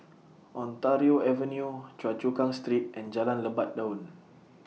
Ontario Avenue Choa Chu Kang Street and Jalan Lebat Daun